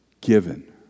given